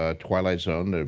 ah twilight zone,